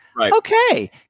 okay